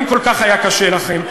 אם כל כך היה קשה לכם,